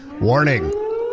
Warning